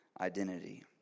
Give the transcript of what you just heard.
identity